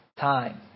time